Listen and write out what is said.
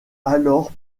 alors